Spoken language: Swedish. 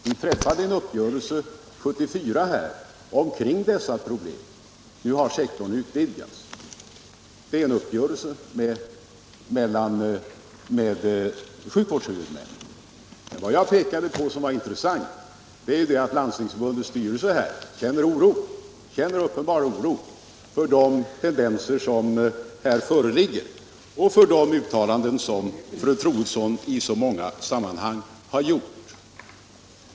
Vi träffade en uppgörelse 1974 omkring dessa problem. Nu vidgas tydligen sektorn. Det är i så fall en uppgörelse med sjukvårdshuvudmännen. Vad jag pekade på var att Landstingsförbundets styrelse känner uppenbar oro för de tendenser som här föreligger och för de uttalanden som fru Troedsson i så många sammanhang har gjort.